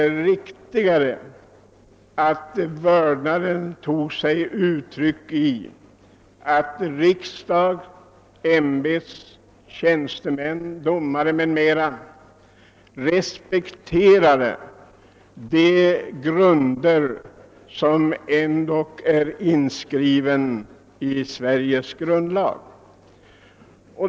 Det är riktigare att vår vördnad tar sig uttryck i att vi här i riksdagen samt bland ämbetsmän och domare respekterar de uppfattningar som är inskrivna i landets grundlagar.